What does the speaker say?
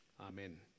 Amen